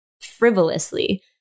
frivolously